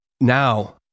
now